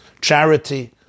charity